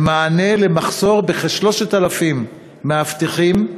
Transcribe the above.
במתן מענה למחסור בכ-3,000 מאבטחים,